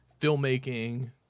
filmmaking